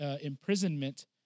imprisonment